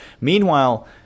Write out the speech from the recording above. Meanwhile